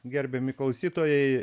gerbiami klausytojai